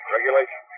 Regulation